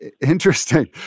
interesting